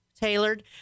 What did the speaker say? tailored